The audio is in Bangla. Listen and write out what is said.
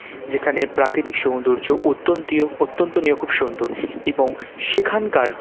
যেখানে প্রাকৃতিক সৌন্দর্য অত্যন্ত অত্যন্তই খুব সুন্দর এবং সেখানকার